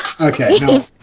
okay